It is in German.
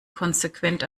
konsequent